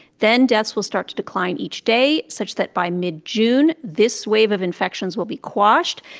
then deaths will start to decline each day, such that by mid-june, this wave of infections will be quashed,